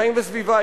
"חיים וסביבה",